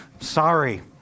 Sorry